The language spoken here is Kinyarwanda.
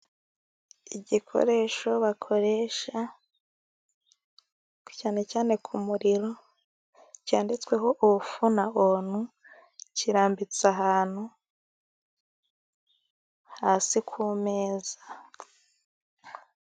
Igikoresho bakoresha cyane cyane ku muriro, cyanditsweho ofu na onu, kirambitse ahantu hasi ku meza.